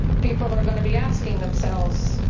people are going to be asking themselves,